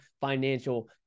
financial